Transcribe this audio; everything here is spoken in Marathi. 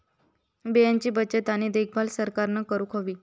बियाणांची बचत आणि देखभाल सरकारना करूक हवी